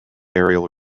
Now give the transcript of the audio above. aerial